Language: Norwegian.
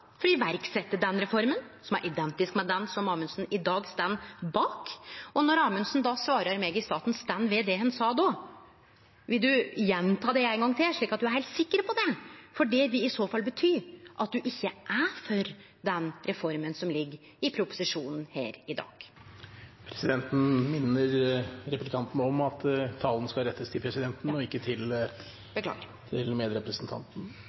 den reforma, som er identisk med den som Amundsen i dag står bak. Når Amundsen då svara meg i stad at han står ved det han sa då: Vil du gjenta det ein gong til, slik at du er heilt sikker på det? For det vil i så fall bety at du ikkje er for den reforma som ligg i proposisjonen her i dag. Presidenten minner representanten om at talen skal rettes til presidenten, og ikke til medrepresentanten.